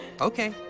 Okay